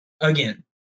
Again